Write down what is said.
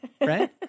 right